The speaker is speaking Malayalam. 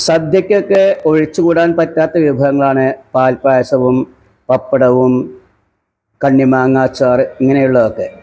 സദ്യക്കൊക്കെ ഒഴിച്ചുകൂടാന് പറ്റാത്ത വിഭവങ്ങളാണ് പാല്പ്പായസവും പപ്പടവും കണ്ണിമാങ്ങ അച്ചാർ ഇങ്ങനെ ഉള്ളതൊക്കെ